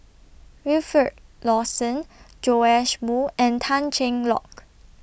Wilfed Lawson Joash Moo and Tan Cheng Lock